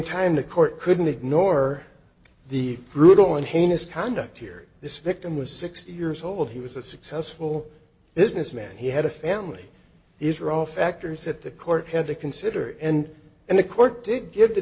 time the court couldn't ignore the brutal and heinous conduct here this victim was sixty years old he was a successful businessman he had a family these are all factors that the court had to consider and in the court did gi